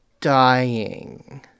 dying